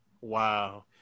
Wow